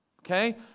okay